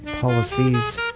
policies